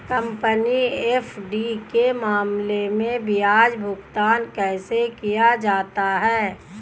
Company FD के मामले में ब्याज भुगतान कैसे किया जाता है?